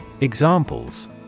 Examples